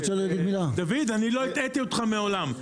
דוד אני לא הטעיתי אותך מעולם.